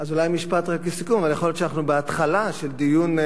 אז אולי משפט רק לסיכום: אבל יכול להיות שאנחנו בהתחלה של דיון,